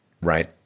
right